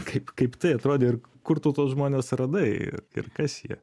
kaip kaip tai atrodė ir kur tu tuos žmones radai i ir kas jie